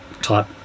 type